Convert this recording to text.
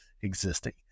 existing